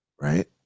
Right